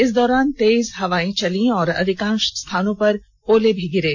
इस दौरान तेज हवायें चली और अधिकांष स्थानों पर ओले भी गिरे